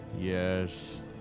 Yes